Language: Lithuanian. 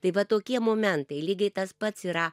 tai va tokie momentai lygiai tas pats yra